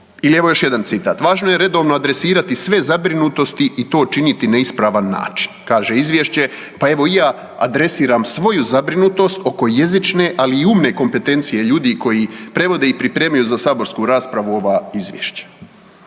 Ili evo još jedan citat, važno je redovno adresirati sve zabrinutosti i to činiti na ispravan način, kaže izvješće, pa evo i ja adresiram svoju zabrinutost oko jezične, ali i umne kompetencije ljudi koji prevode i pripremaju za saborsku raspravu ova izvješća.